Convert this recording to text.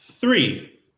Three